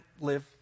live